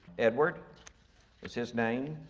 edward was his name.